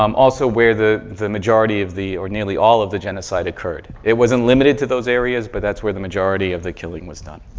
um also, where the the majority of the, or nearly all of the genocide occurred. it wasn't limited to those areas, but that's where the majority of the killing was done.